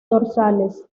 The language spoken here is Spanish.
dorsales